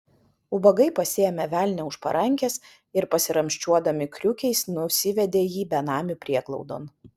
ubagai pasiėmė velnią už parankės ir pasiramsčiuodami kriukiais nusivedė jį benamių prieglaudon